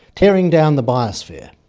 tearing down the biosphere,